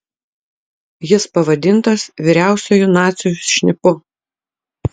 jis pavadintas vyriausiuoju nacių šnipu